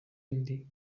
indi